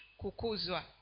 kukuzwa